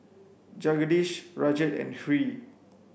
Jagadish Rajat and Hri